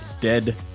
dead